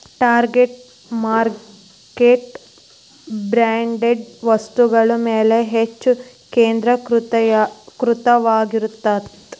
target market branded ವಸ್ತುಗಳ ಮ್ಯಾಲೆ ಹೆಚ್ಚ್ ಕೇಂದ್ರೇಕೃತವಾಗಿರತ್ತ